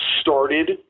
started